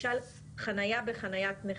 לרבות למשל חניה בחנייה נכים.